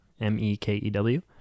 M-E-K-E-W